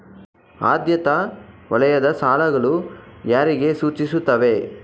ಆದ್ಯತಾ ವಲಯದ ಸಾಲಗಳು ಯಾರಿಗೆ ಸೂಚಿಸುತ್ತವೆ?